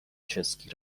چسکی